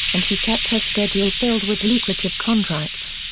and he kept her schedule filled with lucrative contracts.